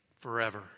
forever